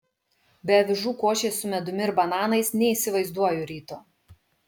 be avižų košės su medumi ir bananais neįsivaizduoju ryto